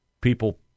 people